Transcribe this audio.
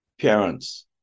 parents